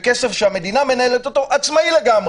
בכסף שהמדינה מנהלת אותו באופן עצמאי לגמרי.